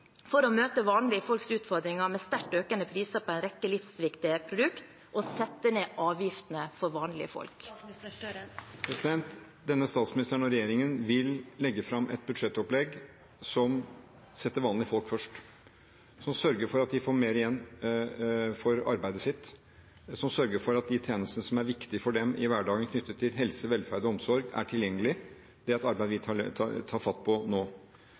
for å møte vanlige folks utfordringer med sterkt økende priser på en rekke livsviktige produkt og sette ned avgiftene for vanlige folk? Denne statsministeren og regjeringen vil legge fram et budsjettopplegg som setter vanlige folk først, som sørger for at de får mer igjen for arbeidet sitt, som sørger for at de tjenestene som er viktig for dem i hverdagen knyttet til helse, velferd og omsorg, er tilgjengelige. Det er et arbeid vi tar fatt på nå.